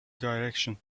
direction